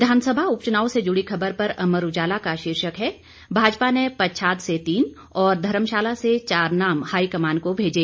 विधानसभा उपचुनाव से जुड़ी खबर पर अमर उजाला का शीर्षक है भाजपा ने पच्छाद से तीन और धर्मशाला से चार नाम हाईकमान को भेजे